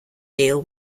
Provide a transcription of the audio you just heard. deal